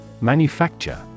Manufacture